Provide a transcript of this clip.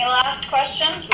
question?